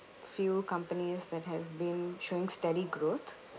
few companies that has been showing steady growth